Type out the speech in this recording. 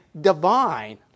divine